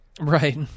Right